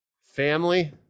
family